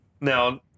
Now